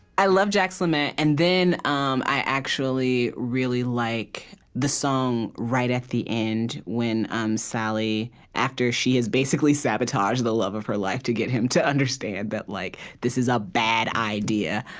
i love jack's lament. and then um i actually really like the song right at the end, when um sally after she has basically sabotaged the love of her life to get him to understand that like this is a bad idea.